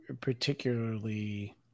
particularly